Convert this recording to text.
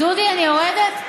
דודי, אני יורדת?